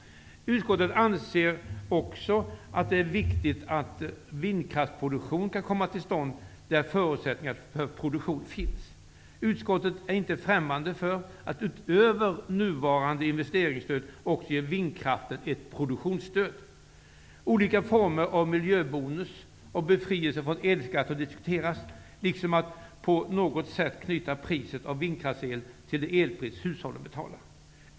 Utskottet anser vidare att det är viktigt att vindkraftproduktion kan komma till stånd, där förutsättningar för sådan produktion finns. Utskottet är inte främmande för att utöver nuvarande investeringsstöd också ge vindkraften ett produktionsstöd. Olika former av miljöbonus och befrielse från elskatt har diskuterats, liksom att på något sätt knyta priset på vindkraftsel till det elpris som hushållen betalar.